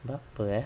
apa ya